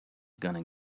gonna